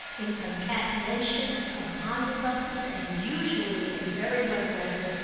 in concatenations of omnibuses and usually in very wet weather,